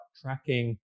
tracking